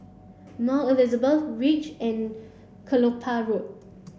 Mount Elizabeth Reach and Kelopak Road